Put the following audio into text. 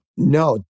no